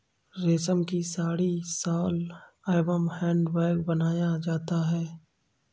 रेश्म से साड़ी, शॉल एंव हैंड बैग बनाया जाता है